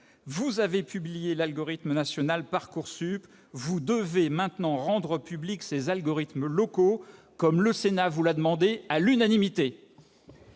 Vous avez publié l'algorithme national Parcoursup, vous devez maintenant rendre publics ces algorithmes locaux, comme le Sénat vous l'a demandé à l'unanimité.